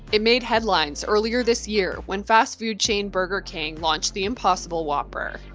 it made headlines earlier this year when fast food chain, burger king, launched the impossible whopper.